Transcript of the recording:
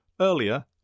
Earlier